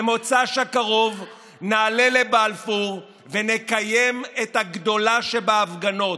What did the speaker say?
במוצ"ש הקרוב נעלה לבלפור ונקיים את הגדולה שבהפגנות.